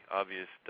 obvious